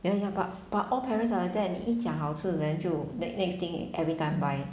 ya ya but but all parents are like that 你一讲好吃 then 就 the next thing everytime buy